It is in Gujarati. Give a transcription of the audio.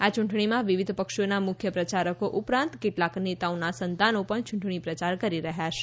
આ ચૂંટણીમાં વિવિધ પક્ષોના મુખ્ય પ્રચારકો ઉપરાંત કેટલાક નેતાઓના સંતાનો પણ ચૂંટણી પ્રચાર કરી રહ્યા છે